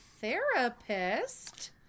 therapist